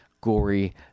gory